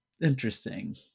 interesting